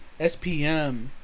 SPM